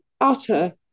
utter